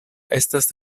estas